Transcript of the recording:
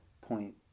Point